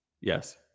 Yes